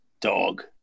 dog